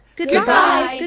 good-by,